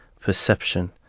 perception